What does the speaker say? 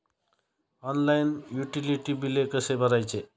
Online utility बिले कसे भरायचे?